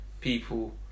people